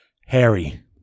Harry